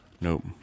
Nope